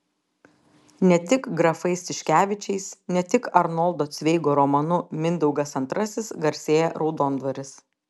ne tik grafais tiškevičiais ne tik arnoldo cveigo romanu mindaugas ii garsėja raudondvaris